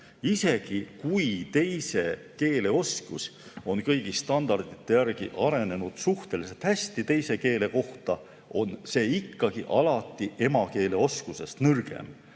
Isegi kui teise keele oskus on kõigi standardite järgi arenenud suhteliselt hästi teise keele kohta, on see ikkagi alati emakeeleoskusest nõrgem.